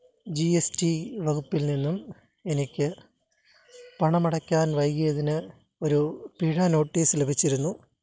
ജീ S T വകുപ്പിൽ നിന്നും എനിക്ക് പണമടയ്ക്കാൻ വൈകിയതിന് ഒരു പിഴ നോട്ടീസ്സ് ലഭിച്ചിരുന്നു